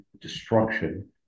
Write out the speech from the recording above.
destruction